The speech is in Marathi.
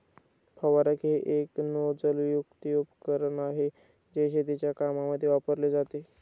फवारक हे एक नोझल युक्त उपकरण आहे, जे शेतीच्या कामांमध्ये वापरले जाते